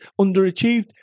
underachieved